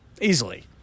easily